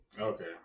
Okay